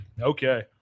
Okay